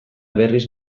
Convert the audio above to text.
berriz